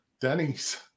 Denny's